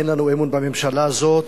אין לנו אמון בממשלה הזאת,